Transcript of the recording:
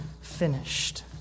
finished